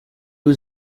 was